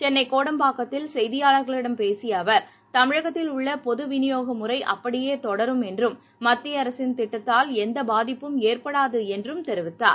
சென்னைகோடம்பாக்கத்தில் செய்தியாளர்களிடம் பேசியஅவர் தமிழகத்தில் உள்ளபொதுவிநியோகமுறைஅப்படியேதொடரும் என்றும் மத்தியஅரசின் திட்டத்தால் எந்தபாதிப்பும் ஏற்படாதுஎன்றும் தெரிவித்தார்